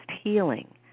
healing